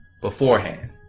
beforehand